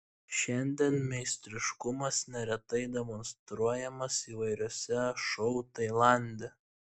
šiandien meistriškumas neretai demonstruojamas įvairiuose šou tailande